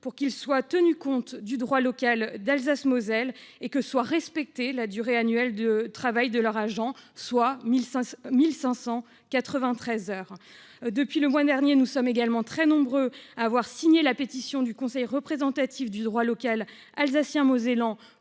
pour qu'il soit tenu compte du droit local d'Alsace-Moselle et que soit respectée la durée annuelle de travail de leurs agents, soit 1 593 heures. Depuis le mois dernier, nous sommes également très nombreux à avoir signé la pétition du Conseil représentatif pour le droit local alsacien-mosellan